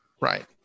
Right